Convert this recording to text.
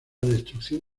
destrucción